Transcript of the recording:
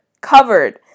Covered